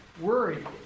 worried